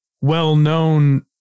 well-known